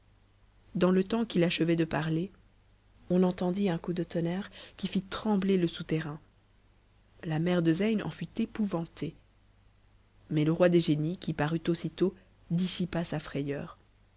dans le temps qu'il achevait de parler on entendit un coup de tonnerre qui fit trembler le souterrain la mère de zeyn en fut épouvantée mais le roi des génies qui parut aussitôt dissipa sa frayeur